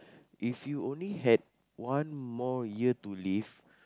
if you only had one more year to live